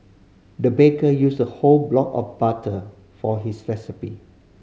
the baker used a whole block of butter for his recipe